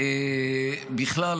בכלל,